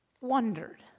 wondered